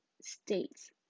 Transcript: states